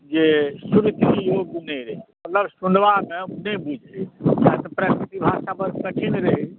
जे प्राकृत भाषा बड्ड कठिन रहै